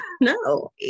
no